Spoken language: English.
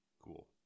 Cool